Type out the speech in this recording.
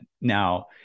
Now